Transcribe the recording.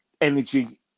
energy